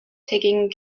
taking